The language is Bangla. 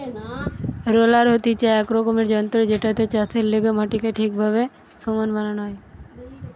রোলার হতিছে এক রকমের যন্ত্র জেটাতে চাষের লেগে মাটিকে ঠিকভাবে সমান বানানো হয়